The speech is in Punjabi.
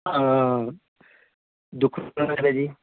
ਦੁੱਖ ਨਿਵਾਰਨ ਆ ਜੀ